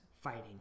fighting